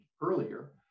earlier